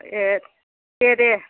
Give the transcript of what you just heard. ए दे दे